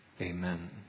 Amen